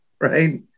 Right